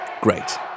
great